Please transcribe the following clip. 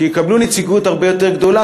שיקבלו נציגות הרבה יותר גדולה,